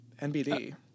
NBD